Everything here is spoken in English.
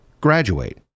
graduate